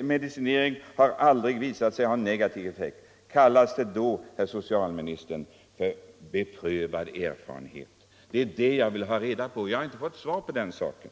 medicineringen aldrig har visat sig ha negativ effekt, kallas det då, herr socialminister, för beprövad erfarenhet? Det är det jag vill ha reda på, och jag har inte fått svar på den saken.